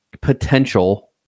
potential